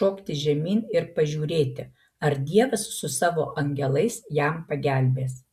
šokti žemyn ir pažiūrėti ar dievas su savo angelais jam pagelbės